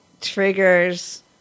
triggers